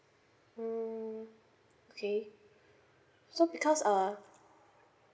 mm okay so because err